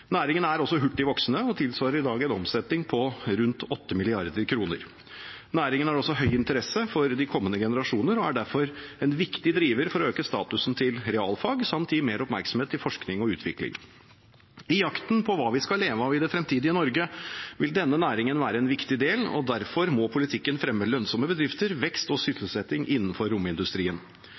Næringen er også hurtig voksende og tilsvarer i dag en omsetning på rundt 8 mrd. kr. Næringen har også høy interesse for de kommende generasjoner og er derfor en viktig driver for å øke statusen til realfag samt gi mer oppmerksomhet til forskning og utvikling. I jakten på hva vi skal leve av i det fremtidige Norge, vil denne næringen være en viktig del, og derfor må politikken fremme lønnsomme bedrifter, vekst og sysselsetting innenfor romindustrien.